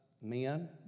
men